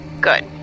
good